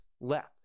left